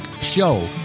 show